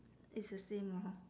it's the same lor